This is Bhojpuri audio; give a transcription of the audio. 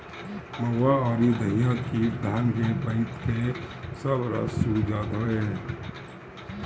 महुआ अउरी दहिया कीट धान के पतइ के सब रस चूस जात हवे